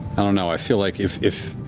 i don't know. i feel like if if